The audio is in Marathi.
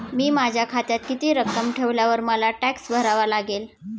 मी माझ्या खात्यात किती रक्कम ठेवल्यावर मला टॅक्स भरावा लागेल?